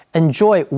enjoy